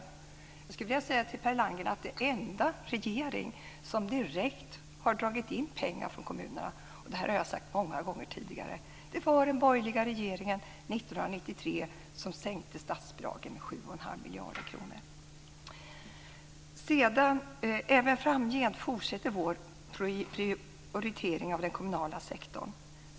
Jag skulle vilja säga till Per Landgren att den enda regering som direkt har dragit in pengar från kommunerna - det har jag sagt många gånger tidigare - är den borgerliga regeringen, som Även framgent fortsätter vår prioritering av den kommunala sektorn.